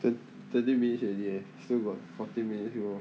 twen~ twenty minutes already eh still got forty minutes bro